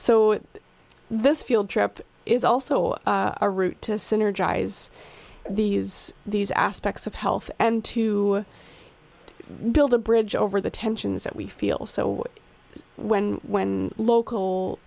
so this field trip is also a route to synergize these these aspects of health and to build a bridge over the tensions that we feel so when when local